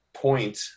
point